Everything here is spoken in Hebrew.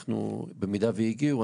אם הגיעו,